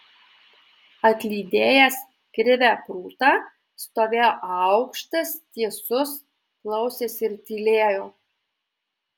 atlydėjęs krivę prūtą stovėjo aukštas tiesus klausėsi ir tylėjo